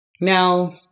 Now